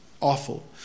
awful